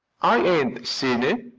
i ain't seen it,